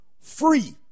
free